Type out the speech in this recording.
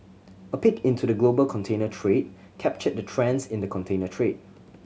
a peek into the global container trade captured the trends in the container trade